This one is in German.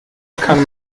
kann